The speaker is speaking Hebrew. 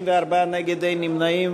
קבוצת סיעת המחנה הציוני,